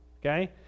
Okay